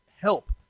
help